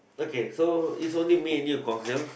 okay so is only me and you Guang-Xiang